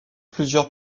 plusieurs